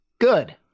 Good